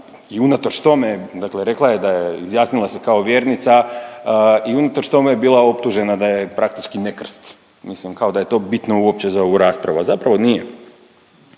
i unatoč tome, dakle rekla je da je, izjasnila se kao vjernica i unatoč tome je bila optužena da je praktički nekrst. Mislim kao da je to bitno uopće za ovu raspravu, a zapravo nije.